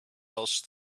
else